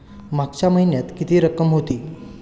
मागच्या महिन्यात किती रक्कम होती?